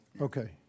Okay